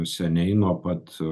seniai nuo pat